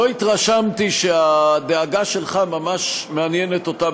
ולא התרשמתי שהדאגה שלך ממש מעניינת אותם,